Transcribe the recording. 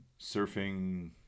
surfing